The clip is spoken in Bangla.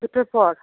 দুটোর পর